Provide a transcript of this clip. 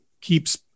keeps